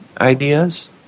ideas